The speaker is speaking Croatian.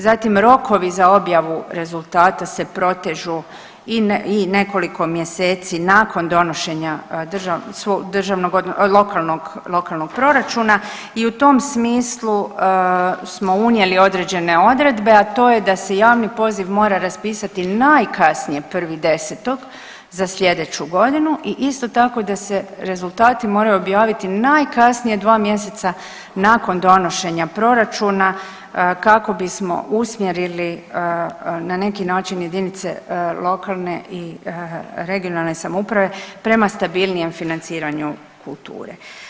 Zatim rokovi za objavu rezultata se protežu i nekoliko mjeseci nakon donošenja lokalnog proračuna i u tom smislu smo unijeli određene odredbe, a to je da se javni poziv mora raspisati najkasnije 1.10. za sljedeću godinu i isto tako da se rezultati moraju objaviti najkasnije dva mjeseca nakon donošenja proračuna kako bismo usmjerili na neki način jedinice lokalne i regionalne samouprave prema stabilnijem financiranju kulture.